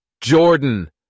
Jordan